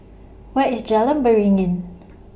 Where IS Jalan Beringin